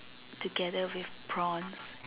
together with prawn